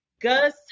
Gus